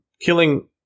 Killing